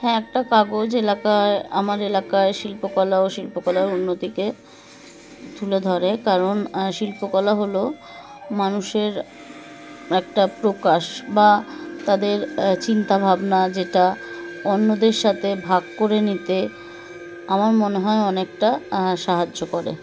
হ্যাঁ একটা কাগজ এলাকায় আমার এলাকায় শিল্পকলা ও শিল্পকলার উন্নতিকে তুলে ধরে কারণ শিল্পকলা হল মানুষের একটা প্রকাশ বা তাদের চিন্তাভাবনা যেটা অন্যদের সাথে ভাগ করে নিতে আমার মনে হয় অনেকটা সাহায্য করে